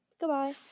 Goodbye